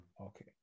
Okay